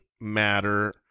matter